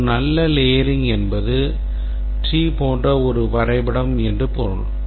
ஒரு நல்ல layering என்பது tree போன்ற ஒரு வரைபடம் என்று பொருள்